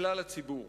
לכלל הציבור.